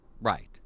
Right